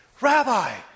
Rabbi